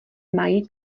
mají